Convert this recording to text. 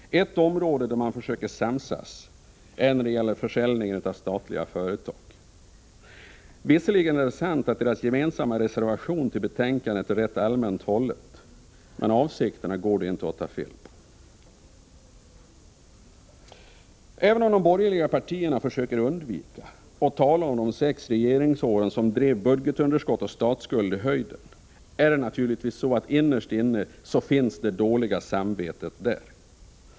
Ett område där man försöker samsas gäller försäljningen av statliga företag. Visserligen är det sant att deras gemensamma reservation är rätt allmänt hållen, men avsikterna går det inte att ta fel på. Även om de borgerliga partierna försöker undvika att tala om de sex regeringsåren, som drev budgetunderskott och statsskuld i höjden, är det naturligtvis så att det dåliga samvetet innerst inne finns där.